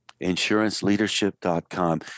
Insuranceleadership.com